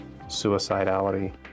suicidality